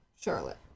Charlotte